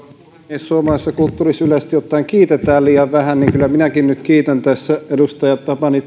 kun suomalaisessa kulttuurissa yleisesti ottaen kiitetään liian vähän niin kyllä minäkin nyt kiitän tässä edustaja tapani